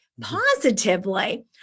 positively